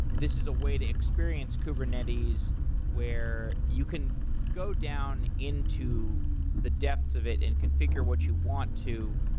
this is a way to experience kubernetes where you can go down into the depths of it and configure what you want to,